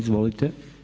Izvolite.